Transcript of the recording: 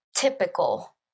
typical